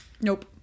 Nope